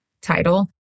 title